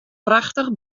prachtich